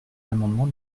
l’amendement